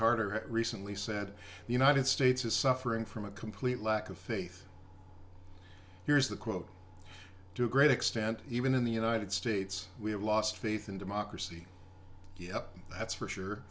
carter recently said the united states is suffering from a complete lack of faith here's the quote to a great extent even in the united states we have lost faith in democracy yep that's for sure